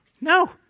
No